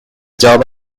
job